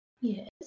yes